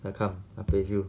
来 come I play with you